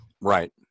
Right